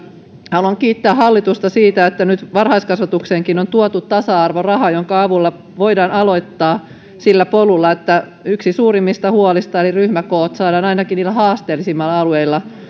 haluan kiittää hallitusta siitä että nyt varhaiskasvatukseenkin on tuotu tasa arvoraha jonka avulla voidaan aloittaa sillä polulla että yksi suurimmista huolista eli ryhmäkoot saadaan ainakin haasteellisimmilla alueilla